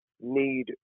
need